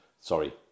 sorry